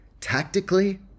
tactically